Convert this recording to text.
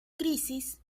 crisis